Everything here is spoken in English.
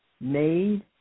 made